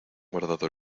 guardado